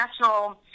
National